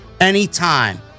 anytime